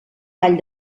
tall